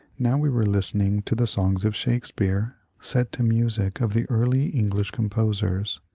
now we were listening to the songs of shakespeare set to music of the early english composers,